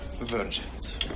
Virgins